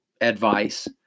advice